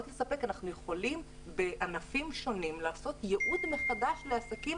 אנחנו יכולים בענפים שונים לעשות ייעוד מחדש לעסקים